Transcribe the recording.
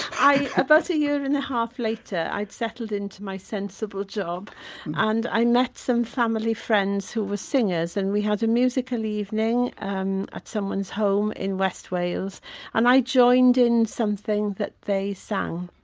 a but year and a half later i'd settled into my sensible job and i met some family friends who were singers and we had a musical evening um at someone's home in west wales and i joined in something that they sang.